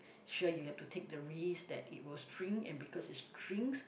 sure you have to take the risk that it will shrink and because it shrinks